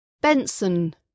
Benson